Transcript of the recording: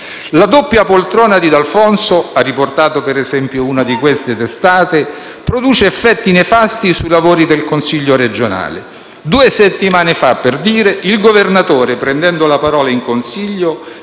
«La doppia poltrona di D'Alfonso» ha riportato, per esempio, una di queste testate «produce effetti nefasti sui lavori del Consiglio regionale. Due settimane fa, per dire, il Governatore prendendo la parola in Consiglio